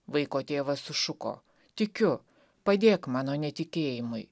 vaiko tėvas sušuko tikiu padėk mano netikėjimui